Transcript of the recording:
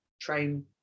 train